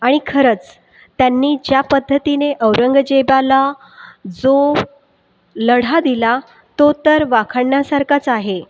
आणि खरंच त्यांनी ज्या पद्धतीने औरंगजेबाला जो लढा दिला तो तर वाखाणण्यासारखाच आहे